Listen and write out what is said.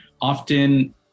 Often